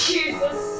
Jesus